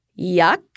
Yuck